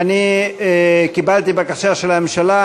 קיבלתי בקשה של הממשלה,